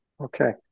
Okay